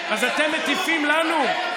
אז אתם מטיפים לנו?